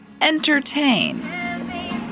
entertain